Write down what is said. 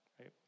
right